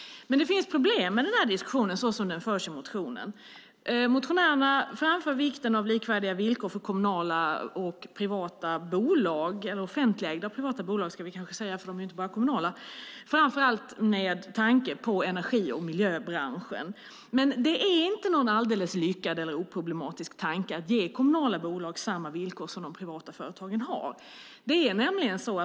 Det finns dock problem med diskussionen så som den förs i motionen. Motionärerna framför vikten av likvärdiga villkor för offentligägda och privata bolag, framför allt med tanke på energi och miljöbranschen. Det är dock ingen alldeles lyckad eller oproblematisk tanke att ge kommunala bolag samma villkor som de privata företagen har.